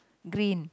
green